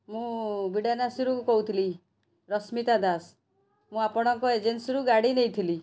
ମୁଁ ବିଡ଼ାନାସିରୁ କହୁଥିଲି ରଶ୍ମିତା ଦାସ ମୁଁ ଆପଣଙ୍କ ଏଜେନ୍ସିରୁ ଗାଡ଼ି ନେଇଥିଲି